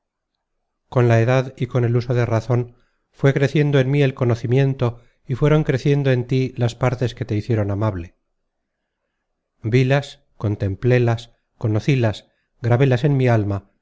con la edad y con el uso de la razon fué creciendo en mí el conocimiento y fueron creciendo en tí las partes que te hicieron amable vilas contemplélas conocílas grabélas en mi alma